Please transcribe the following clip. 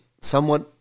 somewhat